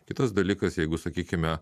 kitas dalykas jeigu sakykime